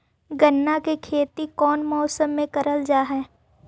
गन्ना के खेती कोउन मौसम मे करल जा हई?